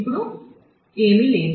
ఇప్పుడు ఏమీ లేదు